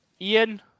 Ian